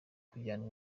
kujyanwa